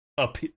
up